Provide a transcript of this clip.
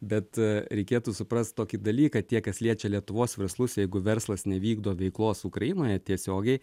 bet reikėtų suprast tokį dalyką tiek kas liečia lietuvos verslus jeigu verslas nevykdo veiklos ukrainoje tiesiogiai